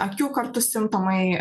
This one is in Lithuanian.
akių kartu simptomai